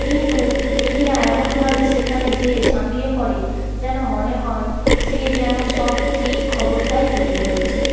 কিন্তু মিডিয়া এমনভাবে সেখানে যেয়ে ঝাঁপিয়ে পড়ে যেন মনে হয় সে যেন সব ঠিক খবরটাই তুলে ধরেছে